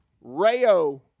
Rayo